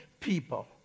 people